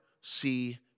see